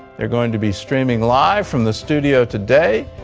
they're going to be streaming live from the studio today,